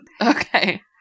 Okay